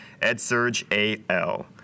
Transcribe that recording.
EdSurgeAL